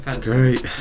Great